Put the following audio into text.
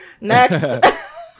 next